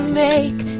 make